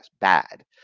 bad